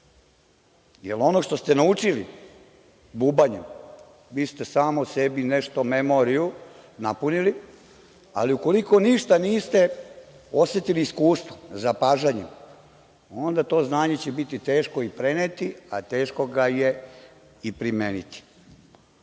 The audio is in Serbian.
Jer, ono što ste naučili bubanjem, vi ste samo sebi nešto memoriju napunili, ali ukoliko ništa niste osetili iskustvom, zapažanjem, onda će to znanje biti teško i preneti, a teško ga je i primeniti. Jedan